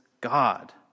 God